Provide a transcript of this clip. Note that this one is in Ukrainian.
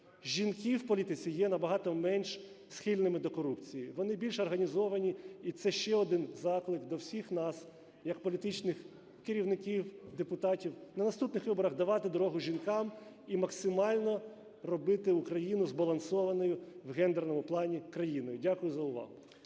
жінки в політиці є набагато менш схильними до корупції. Вони більш організовані, і це ще один заклик до всіх нас як політичних керівників, депутатів на наступних виборах давати дорогу жінкам і максимально робити Україну збалансованою в гендерному плані країною. Дякую за увагу.